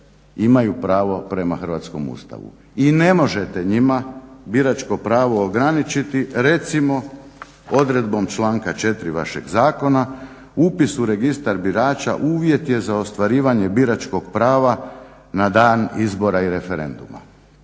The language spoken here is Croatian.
imaju pravo prema Hrvatskom Ustavu. I ne možete njima biračko pravo ograničiti recimo odredbom članak 4. vašeg zakona: "Upis u registar birača uvjet je za ostvarivanje biračkog prava na dan izbora i referenduma."